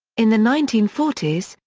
in the nineteen forty s,